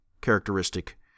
characteristic